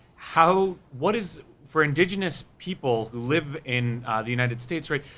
how, what is, for indigenous people, who live in the united states right,